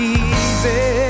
easy